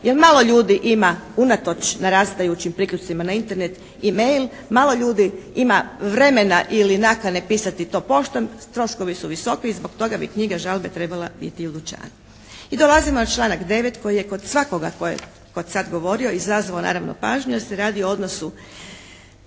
Jer malo ljudi ima unatoč narastajućim priključcima na Internet e-mail, malo ljudi ima vremena ili nakane pisati to poštom. Troškovi su visoki i zbog toga bi knjiga žalbe trebala biti u dućanu. I dolazimo na članak 9. koji je kod svakoga koji je do sad govorio izazvao naravno pažnju jer se radi o odnosu,